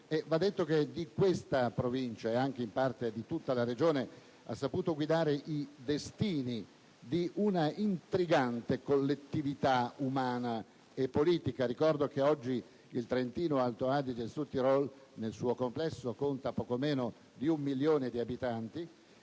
Va detto che di questa Provincia e, in parte, di tutta la Regione ha saputo guidare i destini di un'intrigante collettività umana e politica. Ricordo che oggi il Trentino-Alto Adige/Südtirol, nel suo complesso, conta poco meno di un milione di abitanti.